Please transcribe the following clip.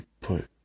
put